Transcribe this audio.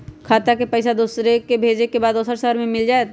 खाता के पईसा भेजेए के बा दुसर शहर में मिल जाए त?